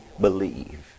believe